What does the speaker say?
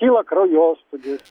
kyla kraujospūdis